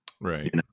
Right